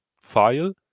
file